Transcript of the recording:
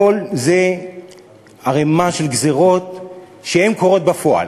כל זה ערמה של גזירות שקורות בפועל,